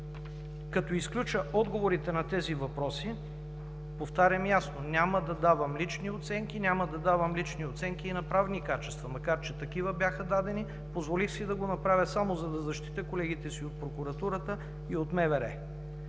като изключа отговорите на тези въпроси, повтарям ясно, няма да давам лични оценки, няма да давам лични оценки и на правни качества, макар че такива бяха дадени, позволих си да го направя само за да защитя колегите си от прокуратурата и от МВР.